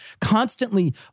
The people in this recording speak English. constantly